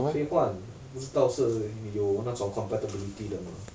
可以换不知道是有那种 compatibility 的 mah